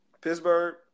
Pittsburgh